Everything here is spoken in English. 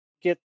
get